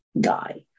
guy